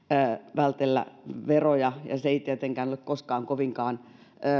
vältellä veroja ja se ei tietenkään ole koskaan kovinkaan